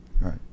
Right